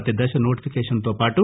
ప్రతి దశ నోటిఫికేషన్ తో పాటు